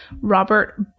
Robert